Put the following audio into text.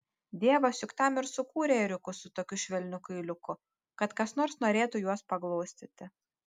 dievas juk tam ir sukūrė ėriukus su tokiu švelniu kailiuku kad kas nors norėtų juos paglostyti